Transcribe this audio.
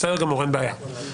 בסדר גמור, אין בעיה.